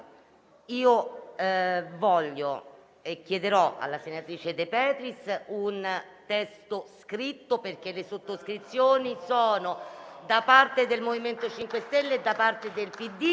Chiederò alla senatrice De Petris un testo scritto, perché le sottoscrizioni sono da parte del MoVimento 5 Stelle e da parte del PD.